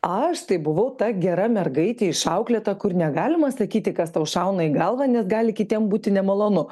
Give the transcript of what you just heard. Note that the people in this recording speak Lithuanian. aš tai buvau ta gera mergaitė išauklėta kur negalima sakyti kas tau šauna į galvą nes gali kitiem būti nemalonu